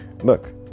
look